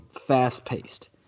fast-paced